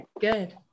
Good